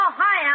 hi